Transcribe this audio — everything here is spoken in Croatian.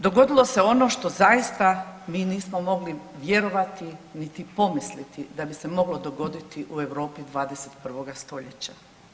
Dogodilo se ono što zaista mi nismo mogli vjerovati niti pomisliti da bi se moglo dogoditi u Europi 21. stoljeća.